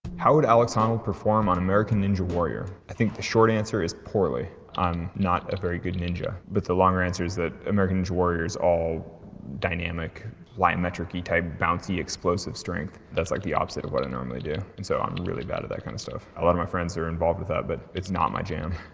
how would alex honnold perform on american ninja warrior? i think the short answer is poorly. i'm not a very good ninja. but the longer answer is that american ninja warrior is all dynamic plyometricy type bouncy explosive strength, that's like the opposite of what i normally do, and so i'm really bad at that kind of stuff. a lot of my friends are involved with that but it's not my jam.